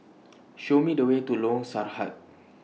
Show Me The Way to Lorong Sarhad